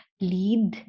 lead